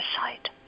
sight